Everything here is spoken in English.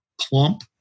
plump